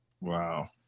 Wow